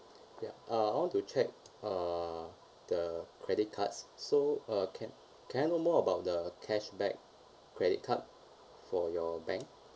ya uh I want to check uh the credit cards so uh can can I know more about the cashback credit card for your bank